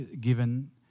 given